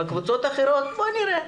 ובקבוצות האחרות "בוא נראה".